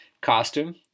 costume